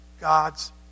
God's